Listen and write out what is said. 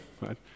right